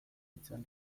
itzali